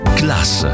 class